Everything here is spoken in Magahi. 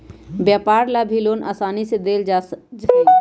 व्यापार ला भी लोन आसानी से देयल जा हई